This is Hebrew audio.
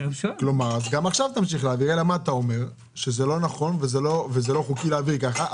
אתה אומר שזה לא נכון ולא חוקי להעביר ככה.